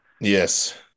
yes